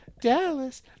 Dallas